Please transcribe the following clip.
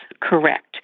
correct